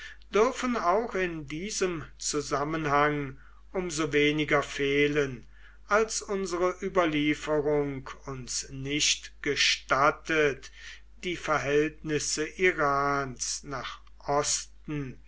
dürfen auch in diesem zusammenhang um so weniger fehlen als unsere überlieferung uns nicht gestattet die verhältnisse irans nach osten